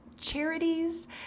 charities